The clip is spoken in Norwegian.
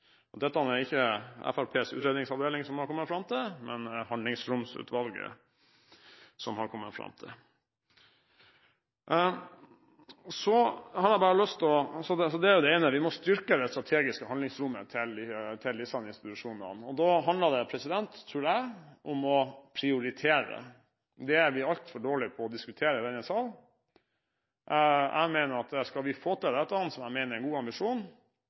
redusert. Dette er det ikke Fremskrittspartiets utredningsavdeling som har kommet fram til, men det er Handlingsromsutvalget som har kommet fram til det. Det er jo det ene – vi må styrke det strategiske handlingsrommet til disse institusjonene. Da handler det, tror jeg, om å prioritere. Det er vi altfor dårlige på å diskutere i denne sal. Jeg mener at skal vi få til dette, som jeg mener er en god ambisjon,